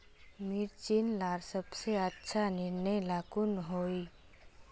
मिर्चन ला सबसे अच्छा निर्णय ला कुन होई?